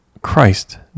Christ